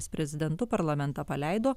prezidentu parlamentą paleido